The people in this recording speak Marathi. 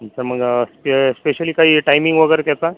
तर मग ते स्पेशली काही टायमिंग वगैरे त्याचा